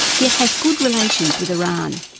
yet has good relations with iran.